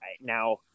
now